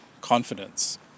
confidence